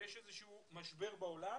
יש איזשהו משבר בעולם